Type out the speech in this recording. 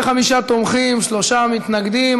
35 תומכים, שלושה מתנגדים.